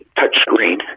touchscreen